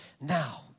now